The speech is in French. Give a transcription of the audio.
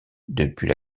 depuis